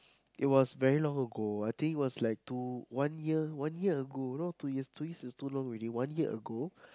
it was very long ago I think it was like two one year one year ago no two years two years is too already one year ago